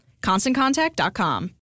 ConstantContact.com